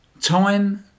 Time